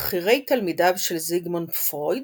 מבכירי תלמידיו של זיגמונד פרויד